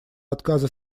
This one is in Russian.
отказа